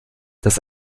dass